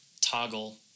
toggle